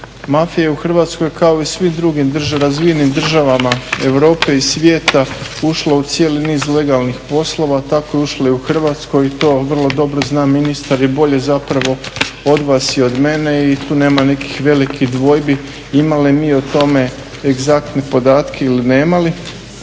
Mafija je u Hrvatskoj kao i u svim drugim razvijenim državama Europe i svijeta ušla u cijeli niz legalnih poslova, tako je ušla i u Hrvatskoj i to vrlo dobro zna ministar i bolje zapravo od vas i od mene i tu nema nekih velikih dvojbi, imali mi o tome egzaktne podatke ili nemali.